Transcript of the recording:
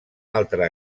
altre